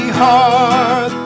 heart